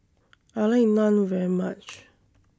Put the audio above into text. I like Naan very much